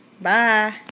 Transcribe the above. Bye